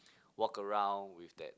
walk around with that